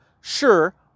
Sure